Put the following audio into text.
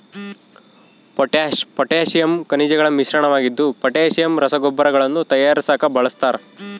potash potassium ಖನಿಜಗಳ ಮಿಶ್ರಣವಾಗಿದ್ದು potassium ರಸಗೊಬ್ಬರಗಳನ್ನು ತಯಾರಿಸಾಕ ಬಳಸ್ತಾರ